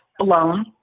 alone